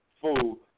food